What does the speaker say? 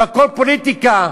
והכול פוליטיקה,